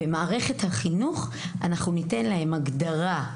במערכת החינוך אנחנו ניתן להן הגדרה: